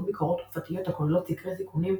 ביקורות תקופתיות הכוללות סקרי סיכונים,